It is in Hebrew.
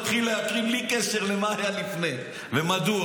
ומתחיל להקריא בלי קשר למה היה לפני ומדוע.